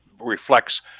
reflects